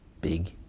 big